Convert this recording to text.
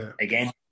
again